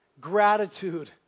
gratitude